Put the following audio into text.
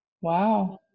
Wow